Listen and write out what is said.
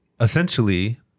Essentially